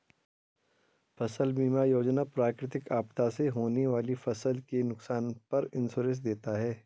फसल बीमा योजना प्राकृतिक आपदा से होने वाली फसल के नुकसान पर इंश्योरेंस देता है